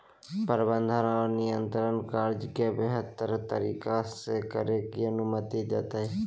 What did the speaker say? प्रबंधन और नियंत्रण कार्य के बेहतर तरीका से करे के अनुमति देतय